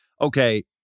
Okay